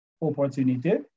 opportunité